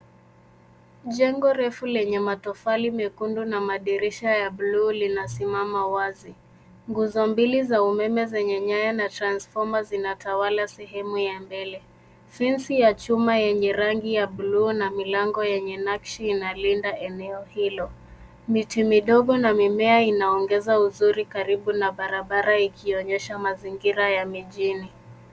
Jengo refu lenye matofali mekundu na madirisha ya buluu linasimama wazi. Nguzo mbili za umeme zenye nyaya na transformer zinatawala sehemu ya mbele. Fensi ya chuma yenye rangi ya buluu na milango yenye nakshi inalinda eneo hilo. Miti midogo na mimea inaongeza uzuri karibu na barabara ikionyesha mazingira ya mijini.